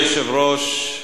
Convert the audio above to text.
אדוני היושב-ראש,